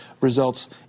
results